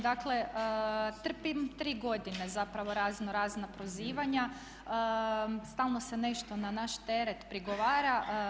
Dakle trpim 3 godine zapravo razno razna prozivanja, stalno se nešto na naš teret prigovara.